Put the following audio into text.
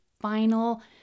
final